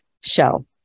show